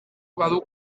badu